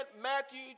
Matthew